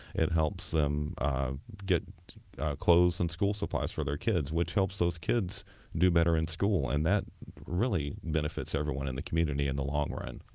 it helps them get clothes and school supplies for their kids, which helps those kids do better in school. and that really benefits everyone in the community in the long run.